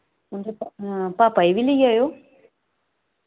हां पापा ई बी लेई आयो